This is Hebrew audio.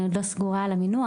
אני עוד לא סגורה על המינוח,